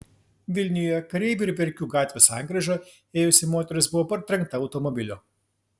vilniuje kareivių ir verkių gatvių sankryža ėjusi moteris buvo partrenkta automobilio